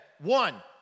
one